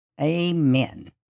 Amen